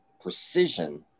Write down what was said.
precision